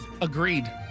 agreed